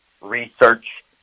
research